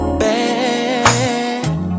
bad